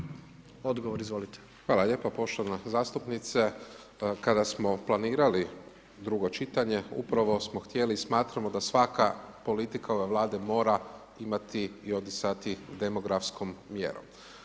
Hvala lijepo poštovana zastupnice, kada smo planirali drugo čitanje upravo smo htjeli, smatramo da svaka politika ove Vlada mora imati i odisati demografskom mjerom.